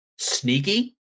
Sneaky